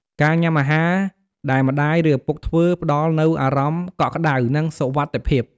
ការញ៉ាំអាហារដែលម្តាយ ឬឪពុកធ្វើ ផ្តល់នូវអារម្មណ៍កក់ក្តៅ និងសុវត្ថិភាព។